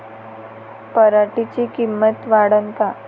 पराटीची किंमत वाढन का?